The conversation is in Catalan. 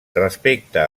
respecte